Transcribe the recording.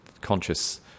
conscious